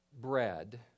bread